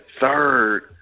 third